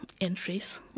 entries